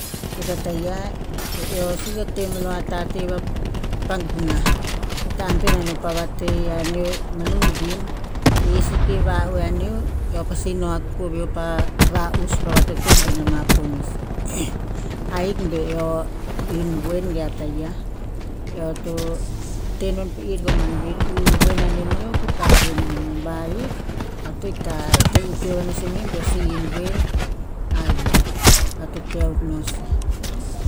Suk a taia eh eo si to temeno tateh vapa gunah, eo to ita ante a no pa vateh aneo manu gin, eteie seke va'oeh aneo, eo pasi no akuk koveo pa va'us pa vatotobin ama ponis. Ahik beo hin woen ge a taia, eo to tenon pe ir koman bi ir iuh woen ananeo kipa woen aneo. Ba hik eo to ikta teh itoe va no sih beo si hin woen, ahik eo to teh akuk no si.